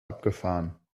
abgefahren